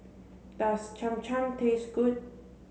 does Cham Cham taste good